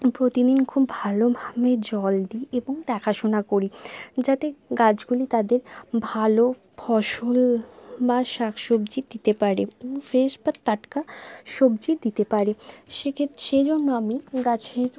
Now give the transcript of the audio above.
প্রতিদিন খুব ভালোভাবে জল দিই এবং দেখাশোনা করি যাতে গাছগুলি তাদের ভালো ফসল বা শাক সবজি দিতে পারে ফ্রেশ বা টাটকা সবজি দিতে পারে সেজন্য আমি গাছে